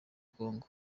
kongo